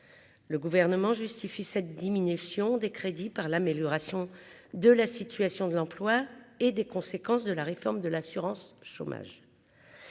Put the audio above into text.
le gouvernement justifie cette diminution des crédits par l'amélioration de la situation de l'emploi et des conséquences de la réforme de l'assurance chômage,